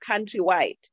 countrywide